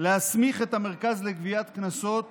להסמיך את המרכז לגביית קנסות